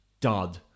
dud